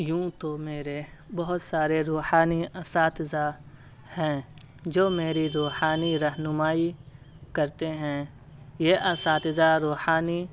یوں تو میرے بہت سارے روحانی اساتذہ ہیں جو میری روحانی رہنمائی کرتے ہیں یہ اساتذہ روحانی